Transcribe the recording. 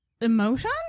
Emotion